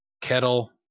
Kettle